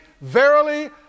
verily